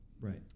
right